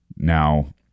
Now